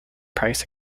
price